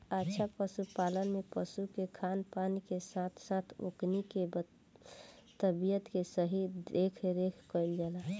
अच्छा पशुपालन में पशु के खान पान के साथ साथ ओकनी के तबियत के सही देखरेख कईल जाला